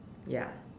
ya